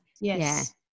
Yes